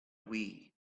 wii